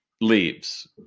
Leaves